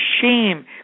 shame